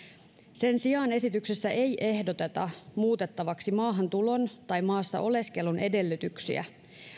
sen sijaan esityksessä ei ehdoteta muutettavaksi maahantulon tai maassa oleskelun edellytyksiä